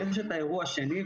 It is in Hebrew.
ויש את האירוע השני,